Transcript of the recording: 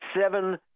Seven